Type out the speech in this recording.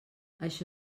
això